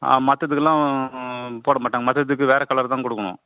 ஆ மற்றதுக்குலாம் போடமாட்டாங்க மற்றதுக்கு வேறு கலர் தான் கொடுக்கணும்